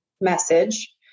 message